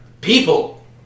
People